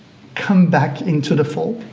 come back into the fold?